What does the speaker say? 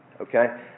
okay